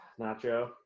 Nacho